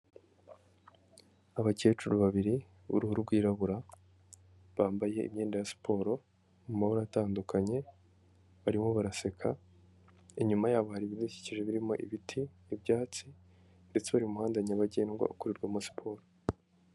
Abakecuru babiri b'uruhu rwirabura, bambaye imyenda ya siporo mu mabara atandukanye, barimo baraseka, inyuma yabo hari ibidukikije, birimo ibiti, ibyatsi ndetse bari mu muhanda nyabagendwa ukorerwamo siporo.